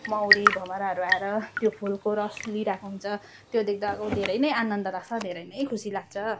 मौरी भमराहरू आएर त्यो फुलको रस लिइरहेको हुन्छ त्यो देख्दा अब धेरै नै आनन्द लाग्छ धेरै नै खुसी लाग्छ